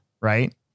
right